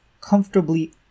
comfortably